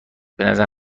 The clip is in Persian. بنظر